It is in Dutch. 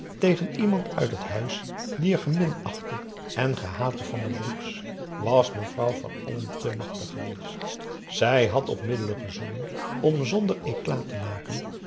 tegen iemand uit het huis dier geminachte en gehate van den broeks was mevrouw van olm te machtig geweest zij had op middelen gezonnen om zonder éclat te maken